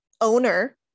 owner